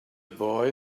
boy